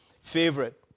favorite